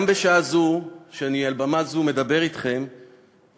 גם בשעה זו שאני מדבר אתכם מעל במה זו,